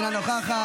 אינה נוכחת,